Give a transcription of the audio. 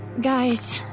Guys